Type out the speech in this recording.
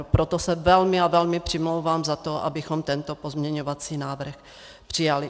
Proto se velmi a velmi přimlouvám za to, abychom tento pozměňovací návrh přijali.